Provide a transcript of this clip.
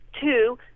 two